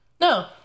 No